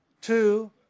Two